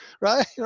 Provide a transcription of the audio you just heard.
right